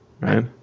right